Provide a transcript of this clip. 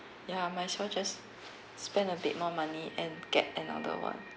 ya might as well just spend a bit more money and get another one